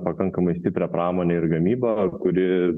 pakankamai stiprią pramonę ir gamybą kuri